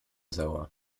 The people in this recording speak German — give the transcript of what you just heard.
sauer